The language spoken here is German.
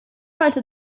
halte